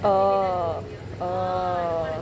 oh oh